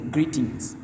Greetings